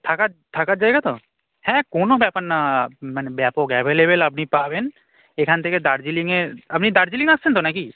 থাকার থাকার জায়গা তো হ্যাঁ কোনো ব্যাপার না মানে ব্যাপক অ্যাভেইলেবল আপনি পাবেন এখান থেকে দার্জিলিংয়ে আপনি দার্জিলিং আসছেন তো না কি